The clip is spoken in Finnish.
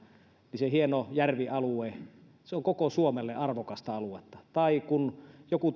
se hieno järvialue on koko suomelle arvokasta aluetta tai kun joku